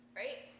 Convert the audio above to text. right